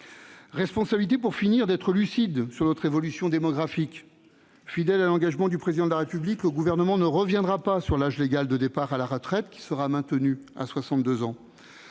responsabilité d'être lucide sur notre évolution démographique. Fidèle à l'engagement du Président de la République, le Gouvernement ne reviendra pas sur l'âge légal de départ à la retraite qui sera maintenu à 62 ans,